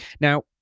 Now